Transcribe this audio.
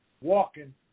walking